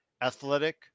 athletic